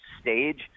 stage